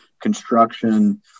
construction